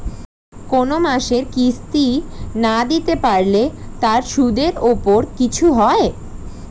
কোন মাসের কিস্তি না দিতে পারলে তার সুদের উপর কিছু হয়?